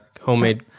homemade